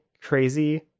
crazy